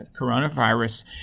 coronavirus